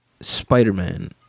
spider-man